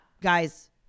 guys